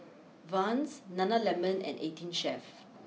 Vans Nana Lemon and eighteen Chef